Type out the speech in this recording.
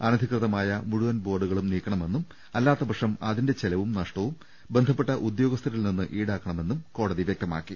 അനധികൃതമായ മുഴുവൻ ബോർഡുകളും നീക്കണമെന്നും അല്ലാത്തപക്ഷം അതിന്റെ ചെലവും നഷ്ടവും ബന്ധപ്പെട്ട ഉദ്യോഗസ്ഥരിൽ നിന്ന് ഈടാക്കുമെന്ന് കോടതി വൃക്തമാക്കി